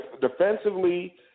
defensively